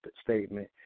statement